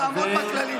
תעמוד בכללים.